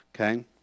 okay